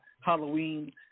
Halloween